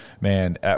man